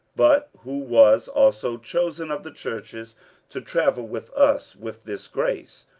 but who was also chosen of the churches to travel with us with this grace,